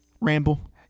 Ramble